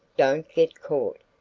don't get caught.